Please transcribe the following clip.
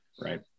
Right